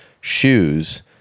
shoes